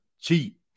cheap